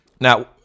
now